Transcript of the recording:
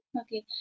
okay